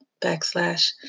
backslash